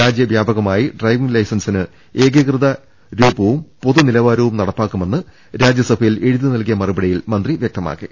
രാജ്യവ്യാ പകമായി ഡ്രൈവിങ്ങ് ലൈസൻസിന് ഏകീകൃത രൂപവും പൊതു നിലവാരവും നടപ്പാക്കുമെന്നും രാജ്യസഭയിൽ എഴുതി നൽകിയ മറു പടിയിൽ മന്ത്രി വൃക്തമാക്കി